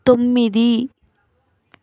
తొమ్మిది